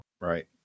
Right